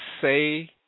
say